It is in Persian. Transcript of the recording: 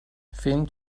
فیلم